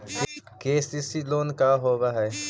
KCC loan का होब हइ?